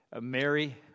Mary